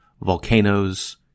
volcanoes